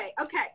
okay